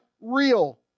real